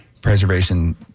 Preservation